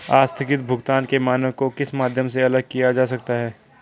आस्थगित भुगतान के मानक को किस माध्यम से अलग किया जा सकता है?